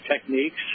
techniques